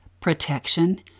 protection